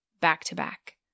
back-to-back